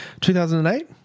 2008